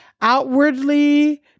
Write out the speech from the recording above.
outwardly